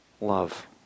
love